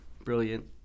brilliant